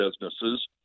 businesses